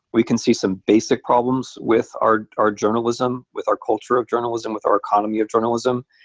we can see some basic problems with our our journalism, with our culture of journalism, with our economy of journalism,